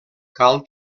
cal